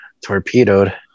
torpedoed